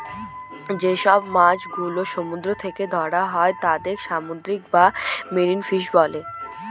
যেসব মাছ গুলো সমুদ্র থেকে ধরা হয় তাদের সামুদ্রিক বা মেরিন ফিশ বলে